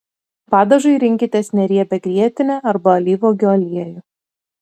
padažui rinkitės neriebią grietinę arba alyvuogių aliejų